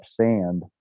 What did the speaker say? sand